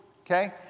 okay